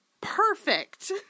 perfect